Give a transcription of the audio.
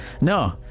no